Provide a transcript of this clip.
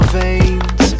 veins